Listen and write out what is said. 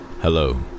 Hello